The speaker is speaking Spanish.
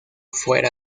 fuera